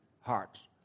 hearts